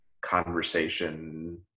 conversation